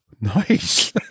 nice